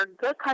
good